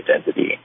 identity